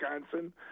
Wisconsin